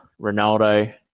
Ronaldo